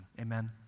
Amen